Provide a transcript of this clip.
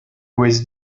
was